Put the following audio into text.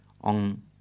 on